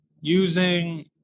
using